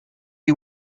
you